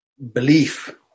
belief